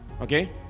okay